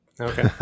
Okay